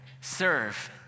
serve